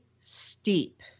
steep